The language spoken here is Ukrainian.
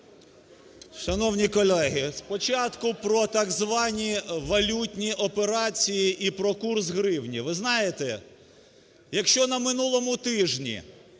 Шановні колеги, спочатку про так звані валютні операції і про курс гривні, ви знаєте, якщо на минулому тижні